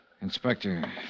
Inspector